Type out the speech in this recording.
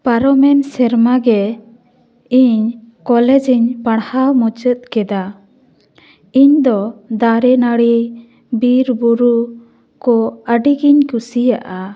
ᱟᱨ ᱯᱟᱨᱚᱢᱮᱱ ᱥᱮᱨᱢᱟ ᱜᱮ ᱤᱧ ᱠᱚᱞᱮᱡᱽ ᱤᱧ ᱯᱟᱲᱦᱟᱣ ᱢᱩᱪᱟᱹᱫ ᱠᱮᱫᱟ ᱤᱧᱫᱚ ᱫᱟᱨᱮ ᱱᱟᱹᱲᱤ ᱵᱤᱨᱵᱩᱨᱩ ᱠᱚ ᱟᱹᱰᱤᱜᱤᱧ ᱠᱩᱥᱤᱭᱟᱜᱼᱟ